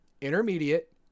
intermediate